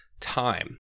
time